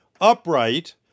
upright